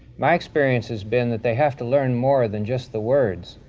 my experience has been that they have to learn more than just the words.